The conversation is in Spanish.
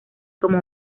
como